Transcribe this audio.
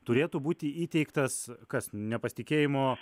turėtų būti įteiktas kas nepasitikėjimo